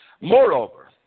Moreover